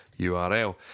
url